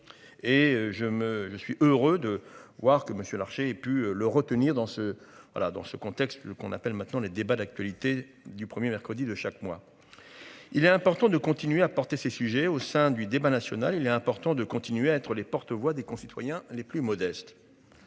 me je suis heureux de voir que Monsieur Larchet et pu le retenir dans ce. Voilà. Dans ce contexte qu'on appelle maintenant les débats d'actualité du 1er mercredi de chaque mois. Il est important de continuer à porter ces sujets au sein du débat national. Il est important de continuer à être les porte-voix des concitoyens les plus modestes.